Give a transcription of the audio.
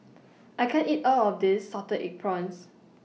I can't eat All of This Salted Egg Prawns